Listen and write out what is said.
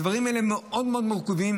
הדברים האלה מאוד מאוד מורכבים.